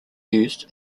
used